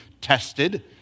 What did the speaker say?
tested